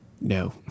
No